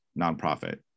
nonprofit